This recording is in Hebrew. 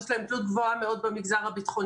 יש להן תלות גבוהה מאוד במגזר הביטחוני,